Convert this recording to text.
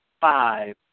five